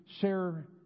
share